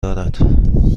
دارد